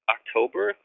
October